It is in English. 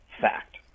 fact